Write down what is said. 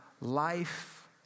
life